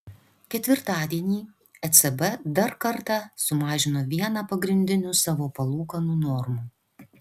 ketvirtadienį ecb dar kartą sumažino vieną pagrindinių savo palūkanų normų